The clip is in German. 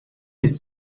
ist